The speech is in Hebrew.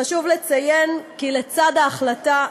חשוב לציין כי לצד ההחלטה,